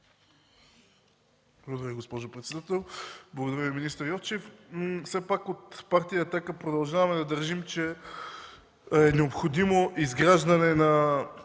Благодаря, госпожо председател. Благодаря Ви, министър Йовчев.